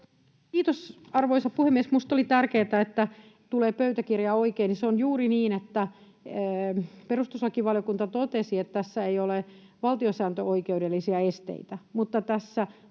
Kiitos, arvoisa puhemies! Minusta oli tärkeätä, että tulee pöytäkirjaan oikein, eli se on juuri niin, että perustuslakivaliokunta totesi, että tässä ei ole valtiosääntöoikeudellisia esteitä